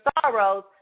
sorrows